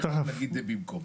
יכולנו להגיד שזה במקום.